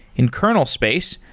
in kernel space,